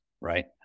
right